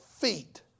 feet